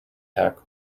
attack